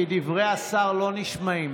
כי דברי השר לא נשמעים.